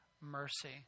mercy